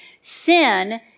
sin